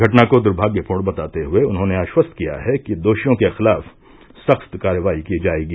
घटना को दुर्भाग्यपूर्ण बताते हये उन्होंने आश्वस्त किया है कि दोषियों के खिलाफ सख्त कार्यवाही की जायेगी